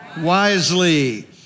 wisely